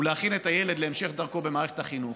ולהכין את הילד להמשך דרכו במערכת החינוך.